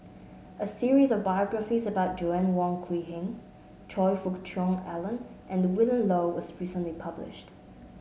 a series of biographies about Joanna Wong Quee Heng Choe Fook Cheong Alan and Willin Low was recently published